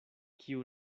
kiu